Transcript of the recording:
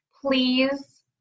please